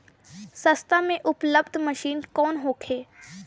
सस्ता में उपलब्ध मशीन कौन होखे?